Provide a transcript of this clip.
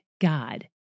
God